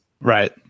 Right